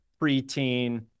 preteen